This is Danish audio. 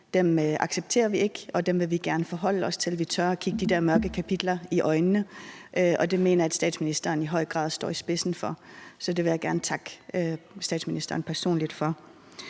accepterer vi ikke, og dem vil vi gerne forholde os til; vi tør at kigge de der mørke kapitler i øjnene. Det mener jeg at statsministeren i høj grad står i spidsen for. Så det vil jeg gerne takke statsministeren personligt for.